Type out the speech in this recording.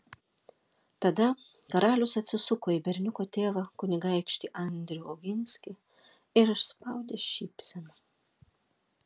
tada karalius atsisuko į berniuko tėvą kunigaikštį andrių oginskį ir išspaudė šypseną